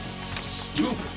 Stupid